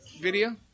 video